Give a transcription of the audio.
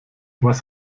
was